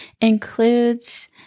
includes